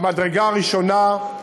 מהמדרגה הראשונה.